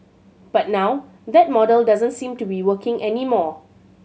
but now that model doesn't seem to be working anymore